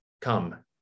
Come